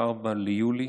אצלם.